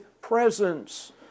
presence